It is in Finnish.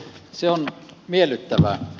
se on miellyttävä a